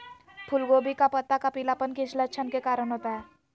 फूलगोभी का पत्ता का पीलापन किस लक्षण के कारण होता है?